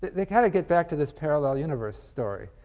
they kind of get back to this parallel universe story.